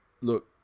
look